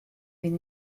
been